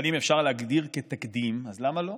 אבל אם אפשר להגדיר כתקדים, אז למה לא?